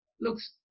looks